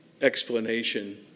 explanation